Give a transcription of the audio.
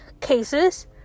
cases